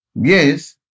Yes